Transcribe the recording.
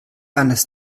anders